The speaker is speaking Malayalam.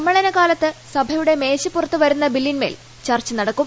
സമ്മേളനകാലത്ത് സഭയുടെ മേശപ്പുറത്ത് വരുന്ന ബില്ലിൻമേൽ ചർച്ച നടക്കും